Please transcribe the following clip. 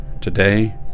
Today